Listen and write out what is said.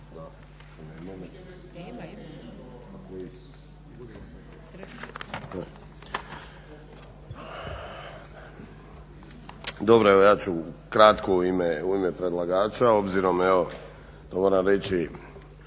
Dobro, evo ja ću kratko u ime predlagača obzirom evo moram reći